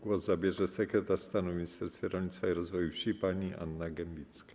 Głos zabierze sekretarz stanu w Ministerstwie Rolnictwa i Rozwoju Wsi pani Anna Gembicka.